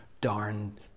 darn